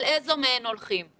על איזו מהן הולכים.